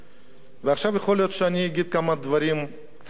ועכשיו יכול להיות שאני אגיד כמה דברים קצת קשים.